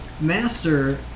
Master